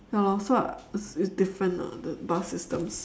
ya lor so it's different lah the bus systems